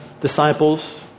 disciples